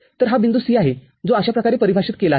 तर हा बिंदू C आहेजो अशा प्रकारे परिभाषित केला आहे